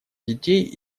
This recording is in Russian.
детей